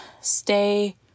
stay